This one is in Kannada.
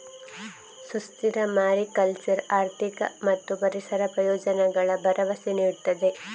ಸುಸ್ಥಿರ ಮಾರಿಕಲ್ಚರ್ ಆರ್ಥಿಕ ಮತ್ತು ಪರಿಸರ ಪ್ರಯೋಜನಗಳ ಭರವಸೆ ನೀಡುತ್ತದೆ